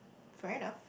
fair enough